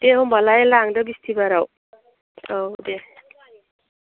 दे होमबालाय लांदो बिसथिबाराव औ दे